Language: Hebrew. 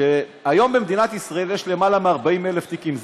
היום במדינת ישראל יש למעלה מ-40,000 תיקים,